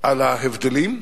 על ההבדלים,